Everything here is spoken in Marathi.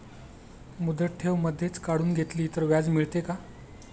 मुदत ठेव मधेच काढून घेतली तर व्याज मिळते का?